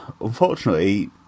Unfortunately